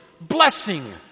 blessing